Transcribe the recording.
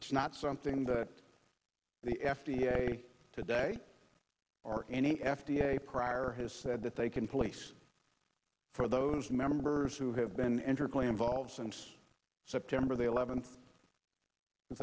it's not something that the f d a today or any f d a prior has said that they can place for those members who have been interplay involved since september the eleventh two